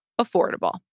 affordable